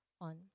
on